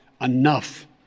enough